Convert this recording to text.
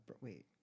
Wait